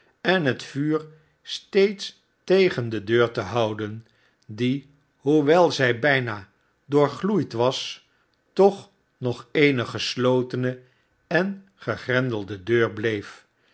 en het vuur steeds tegen de deur te houden die hoewel zij bijnst doorgloeid was toch nog eene geslotene en gegrendelde deur bleef